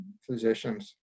physicians